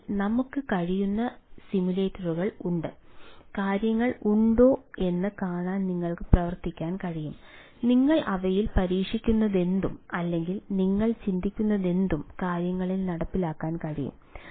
അതിനാൽ നമുക്ക് കഴിയുന്ന സിമുലേറ്ററുകൾ ഉണ്ട് കാര്യങ്ങൾ ഉണ്ടോ എന്ന് കാണാൻ നിങ്ങൾക്ക് പ്രവർത്തിക്കാൻ കഴിയും നിങ്ങൾ അവയിൽ പരീക്ഷിക്കുന്നതെന്തും അല്ലെങ്കിൽ നിങ്ങൾ ചിന്തിക്കുന്നതെന്തും കാര്യങ്ങളിൽ നടപ്പിലാക്കാൻ കഴിയും